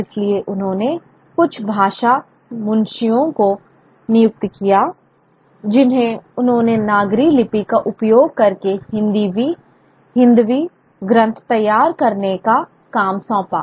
इसलिए उन्होंने कुछ भाखा मुंशियों को नियुक्त किया जिन्हें उन्होंने नागरी लिपि का उपयोग करके हिंदवी ग्रंथ तैयार करने का काम सौंपा